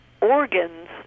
organs